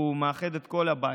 מאחד את כל הבית.